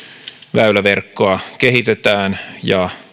väyläverkkoa kehitetään ja